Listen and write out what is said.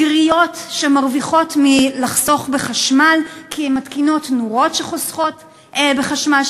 עיריות שמרוויחות מלחסוך בחשמל כי הן מתקינות נורות שחוסכות בחשמל,